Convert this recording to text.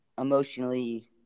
emotionally